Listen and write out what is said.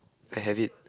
I have it